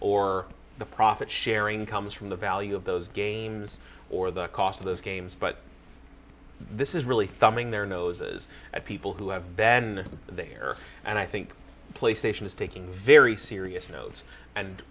or the profit sharing comes from the value of those games or the cost of those games but this is really thumbing their noses at people who have ben there and i think playstation is taking very serious notes and